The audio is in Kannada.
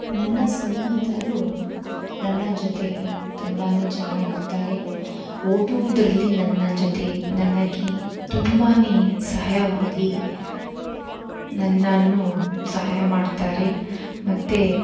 ನನ್ನ ಸ್ನೇಹಿತರು ನನ್ನ ಜೊತೆ ತುಂಬಾ ಚೆನ್ನಾಗಿರ್ತಾರೆ ಓದೋದ್ರಲ್ಲಿ ನನ್ನ ಜೊತೆ ನನಗೆ ತುಂಬಾ ಸಹಾಯವಾಗಿ ನನ್ನನ್ನು ಸಹಾಯ ಮಾಡ್ತಾರೆ ಮತ್ತು